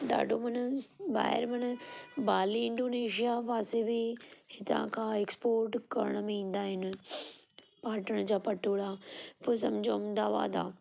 ॾाढो मन ॿाहिरि मन बाली इंडोनेशिया पासे बि हितांखां एक्पोर्ट करणु वेंदा आहिनि पाटण जा पटोड़ा पोइ सम्झो अहमदाबाद आहे